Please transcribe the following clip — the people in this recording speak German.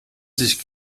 sich